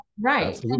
Right